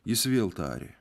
jis vėl tarė